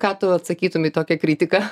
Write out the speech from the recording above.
ką tu atsakytum į tokią kritiką